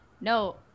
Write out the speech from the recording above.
no